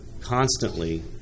constantly